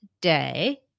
day